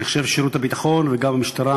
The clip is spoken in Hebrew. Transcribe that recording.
אני חושב ששירות הביטחון וגם המשטרה,